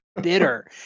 bitter